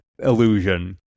illusion